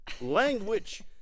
Language